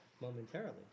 momentarily